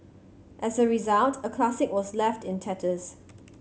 as a result a classic was left in tatters